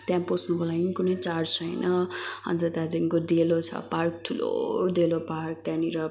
त्यहाँ पस्नुको लागि पनि कुनै चार्ज छैन अन्त त्यहाँदेखिको डेलो छ पार्क ठुलो डेलो पार्क त्यहाँनिर